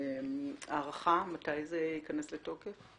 הערכה, מתי זה ייכנס לתוקף?